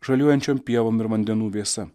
žaliuojančiom pievom ir vandenų vėsa